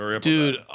Dude